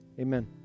amen